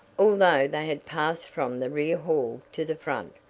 although they had passed from the rear hall to the front,